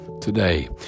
today